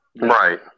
right